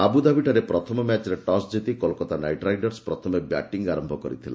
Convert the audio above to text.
ଆବୁଧାବିଠାରେ ପ୍ରଥମ ମ୍ୟାଚ୍ରେ ଟସ୍ ଜିତି କୋଲକାତା ନାଇଟ୍ ରାଇଡର୍ସ ପ୍ରଥମେ ବ୍ୟାଟିଂ ଆରନ୍ତ କରିଥିଲା